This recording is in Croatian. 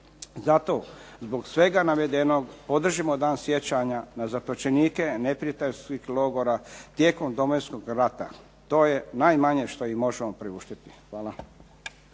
Zato zbog svega navedenog podržimo dan sjećanja na zatočenike neprijateljskih logora tijekom Domovinskog rata. To je najmanje što im možemo priuštiti. Hvala.